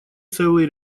целый